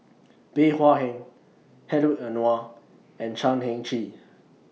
Bey Hua Heng Hedwig Anuar and Chan Heng Chee